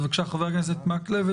אז בבקשה, חבר הכנסת מקלב.